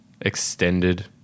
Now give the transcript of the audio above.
extended